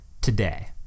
today